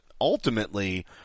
ultimately